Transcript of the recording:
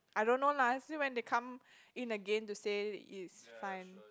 I don't know lah see when they come in again to say it's time